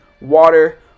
water